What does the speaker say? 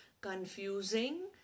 Confusing